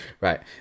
Right